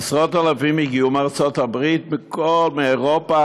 עשרות אלפים הגיעו מארצות הברית, מאירופה,